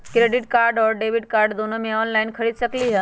Credit card और debit card दोनों से ऑनलाइन खरीद सकली ह?